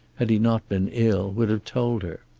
had he not been ill, would have told her.